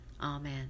Amen